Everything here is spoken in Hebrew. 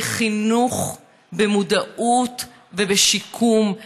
בחינוך, במודעות ובשיקום.